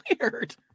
weird